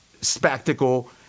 spectacle